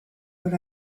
but